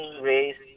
raised